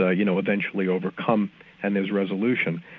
ah you know, eventually overcome and there's resolution.